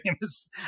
famous